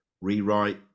rewrite